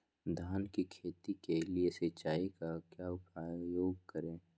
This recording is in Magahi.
धान की खेती के लिए सिंचाई का क्या उपयोग करें?